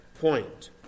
point